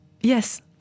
Yes